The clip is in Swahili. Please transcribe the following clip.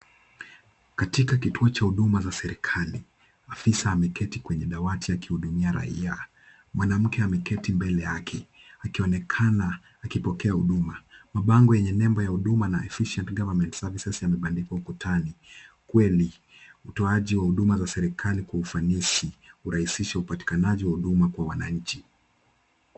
Katika kituo cha huduma za serikali, afisa ameketi kwenye dawati akihudumia raia. Mwanamke ameketi mbele yake akionekana akipokea huduma. Mabango yenye nembo ya huduma na official government services yamebandikwa ukutani. Kweli utoaji wa huduma za serikali kwa ufanisi hurahisisha upatikanaji wa huduma kwa wananchi.